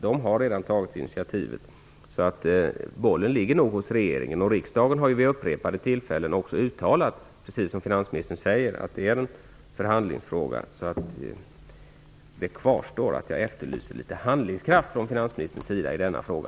De har redan tagit initiativ. Bollen ligger nog hos regeringen. Riksdagen har ju vid upprepade tillfällen också uttalat att det är en förhandlingsfråga, precis som finansministern säger. Det kvarstår att jag efterlyser litet handlingskraft från finansministerns sida i denna fråga.